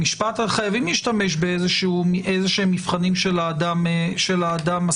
במשפט חייבים להשתמש במבחנים של האדם הסביר.